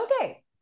Okay